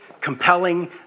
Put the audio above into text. compelling